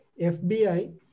FBI